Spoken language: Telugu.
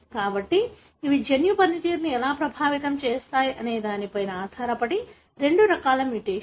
కాబట్టి ఇవి జన్యు పనితీరును ఎలా ప్రభావితం చేస్తాయనే దానిపై ఆధారపడి రెండు రకాల మ్యుటేషన్